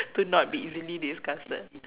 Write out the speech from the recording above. to not be easily disgusted